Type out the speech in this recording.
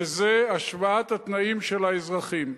וזה השוואת התנאים של האזרחים.